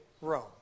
Rome